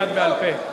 מייד בעל-פה.